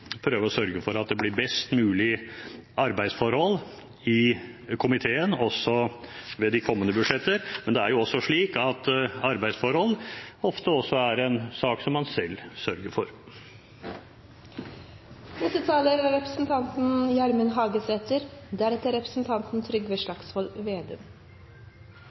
det blir best mulige arbeidsforhold i komiteen også ved de kommende budsjetter, men arbeidsforhold er jo ofte også en sak som man selv sørger for. Nysalderinga er i grunnen ikkje så veldig spennande. Stort sett er